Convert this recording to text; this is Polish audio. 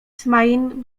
smain